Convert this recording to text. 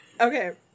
Okay